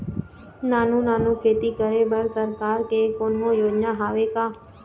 नानू नानू खेती करे बर सरकार के कोन्हो योजना हावे का?